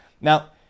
Now